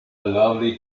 lovely